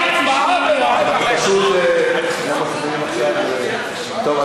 לא להצביע, טוב.